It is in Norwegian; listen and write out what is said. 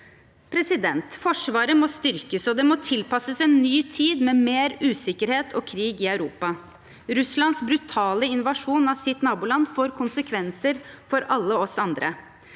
fortsette. Forsvaret må styrkes, og det må tilpasses en ny tid med mer usikkerhet og krig i Europa. Russlands brutale invasjon av sitt naboland får konsekvenser for alle oss andre.